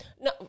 No